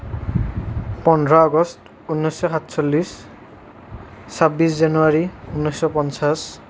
পোন্ধৰ আগষ্ট ঊনৈছশ সাতচল্লিছ ছাব্বিছ জানুৱাৰী ঊনৈছশ পঞ্চাছ